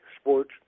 sports